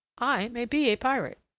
i may be a pirate.